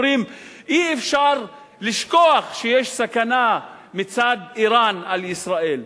אומרים: אי-אפשר לשכוח שיש סכנה מצד אירן על ישראל,